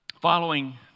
Following